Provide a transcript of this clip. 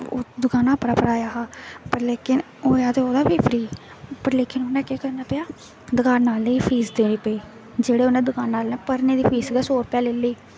ओह् दकाना उप्परा भराया हा पर लेकिन होएआ ते ओहदा बी फ्री पर लेकिन उ'नें केह् करना पेआ दकाना आहले गी फीस देनी पेई जेह्ड़े उ'नें दकानै आहले ने भरने दी फीस गै सौ रपेआ लेई लेई